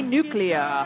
Nuclear